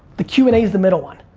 the q and a's the middle one.